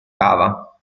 cava